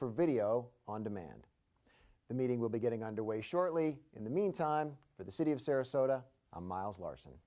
for video on demand the meeting will be getting underway shortly in the mean time for the city of sarasota miles larson